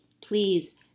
please